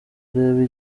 urebe